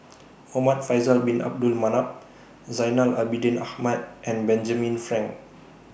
Muhamad Faisal Bin Abdul Manap Zainal Abidin Ahmad and Benjamin Frank